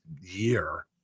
year